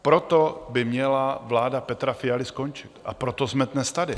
Proto by měla vláda Petra Fialy skončit a proto jsme dnes tady.